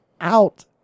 out